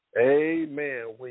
Amen